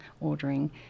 ordering